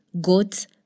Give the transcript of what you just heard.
goats